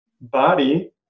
body